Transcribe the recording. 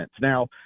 Now